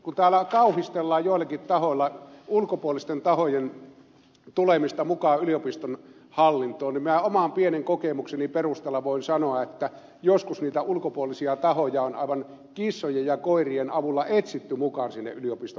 kun täällä kauhistellaan joillakin tahoilla ulkopuolisten tahojen tulemista mukaan yliopiston hallintoon niin minä oman pienen kokemukseni perusteella voin sanoa että joskus niitä ulkopuolisia tahoja on aivan kissojen ja koirien avulla etsitty mukaan sinne yliopiston hallitukseen